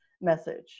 message